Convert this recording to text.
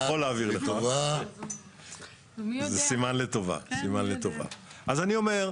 אז אני אומר,